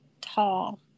tall